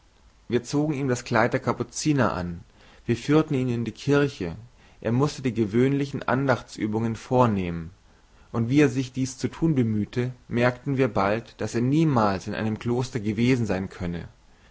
wir zogen ihm das kleid der kapuziner an wir führten ihn in die kirche er mußte die gewöhnlichen andachtsübungen vornehmen und wie er dies zu tun sich bemühte merkten wir bald daß er niemals in einem kloster gewesen sein könne